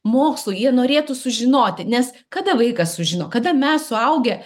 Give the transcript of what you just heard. mokslui jie norėtų sužinoti nes kada vaikas sužino kada mes suaugę